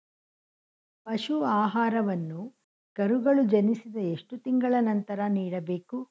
ಪಶು ಆಹಾರವನ್ನು ಕರುಗಳು ಜನಿಸಿದ ಎಷ್ಟು ತಿಂಗಳ ನಂತರ ನೀಡಬೇಕು?